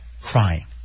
crying